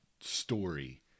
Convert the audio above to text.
story